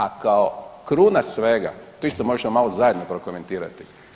A kao kruna svega, to isto možemo malo zajedno prokomentirati.